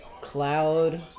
Cloud